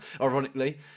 ironically